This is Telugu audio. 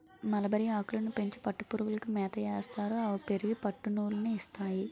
మలబరిఆకులని పెంచి పట్టుపురుగులకి మేతయేస్తారు అవి పెరిగి పట్టునూలు ని ఇస్తాయి